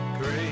great